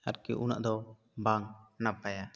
ᱟᱨᱠᱤ ᱩᱱᱟᱹᱜ ᱫᱚ ᱵᱟᱝ ᱱᱟᱯᱟᱭᱟ